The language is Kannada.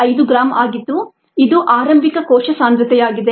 5 ಗ್ರಾಂ ಆಗಿತ್ತು ಇದು ಆರಂಭಿಕ ಕೋಶ ಸಾಂದ್ರತೆಯಾಗಿದೆ